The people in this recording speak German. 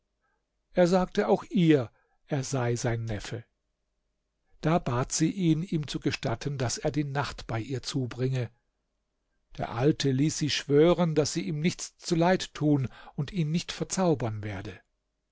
er sagte auch ihr er sei sein neffe da bat sie ihn ihm zu gestatten daß er die nacht bei ihr zubringe der alte ließ sie schwören daß sie ihm nichts zuleid tun und ihn nicht verzaubern werde